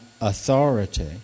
authority